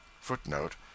Footnote